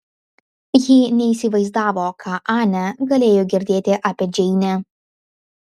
ji neįsivaizdavo ką anė galėjo girdėti apie džeinę